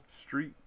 street